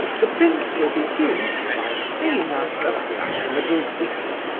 the prince will begin by singing us a fashionable ditty,